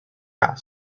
cas